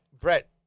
Brett